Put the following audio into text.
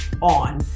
on